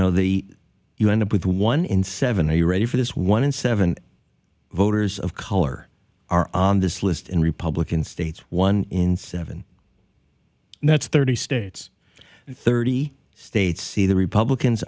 know the you end up with one in seven are you ready for this one in seven voters of color are on this list in republican states one in seven that's thirty states thirty states see the republicans